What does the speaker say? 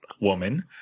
woman